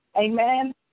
Amen